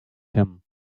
him